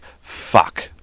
fuck